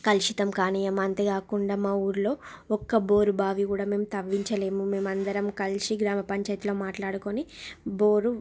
కలుషితం కానివ్వము అంతేకాకుండా మా ఊరిలో ఒక్క బోరుబావి కూడా మేము తవ్వించలేము మేమందరం కలిషి గ్రామ పంచాయతిలో మాట్లాడుకోని బోరు